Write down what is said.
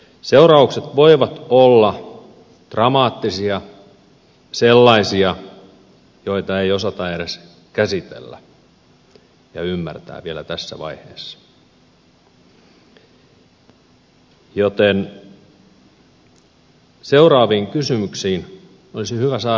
seuraukset voivat olla dramaattisia sellaisia joita ei osata edes käsitellä ja ymmärtää vielä tässä vaiheessa joten seuraaviin kysymyksiin olisi hyvä saada vastaus